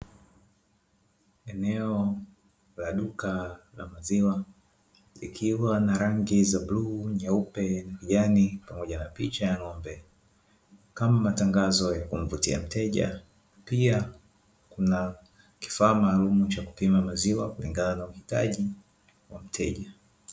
Eneo la duka la maziwa likiwa na rangi za bluu nyeupe kijani pamoja na picha ya ng'ombe. Kama matangazo ya kumivutia mteja, pia kuna kifaa cha kupima maziwa kulingana na uhitaji wa mteja.